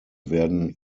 werden